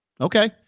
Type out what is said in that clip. Okay